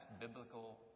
biblical